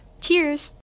Cheers